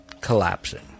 collapsing